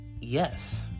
yes